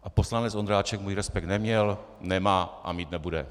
A poslanec Ondráček můj respekt neměl, nemá a mít nebude.